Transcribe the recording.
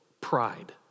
pride